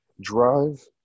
Drive